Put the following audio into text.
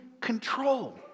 control